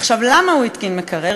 עכשיו, למה הוא התקין מקרר?